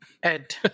Ed